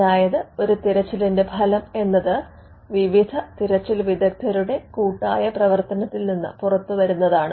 അതായത് ഒരു തിരച്ചിലിന്റെ ഫലം എന്നത് വിവിധ തിരച്ചിൽ വിദഗ്ധരുടെ കൂട്ടായ പ്രവർത്തനത്തിൽ നിന്ന് പുറത്തുവരുന്നതാണ്